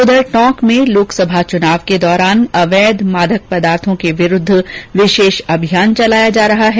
उधर टोंक में लोकसभा चुनाव के दौरान जिले में अवैध मादक पदार्थो के विरुद्ध विशेष अभियान चलाया जा रहा है